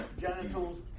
genitals